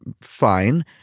fine